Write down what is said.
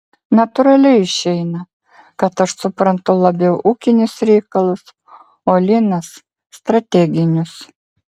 natūraliai išeina kad aš suprantu labiau ūkinius reikalus o linas strateginius